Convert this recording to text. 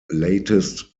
latest